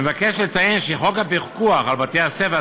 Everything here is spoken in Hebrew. אני מבקש לציין שחוק הפיקוח על בתי-הספר,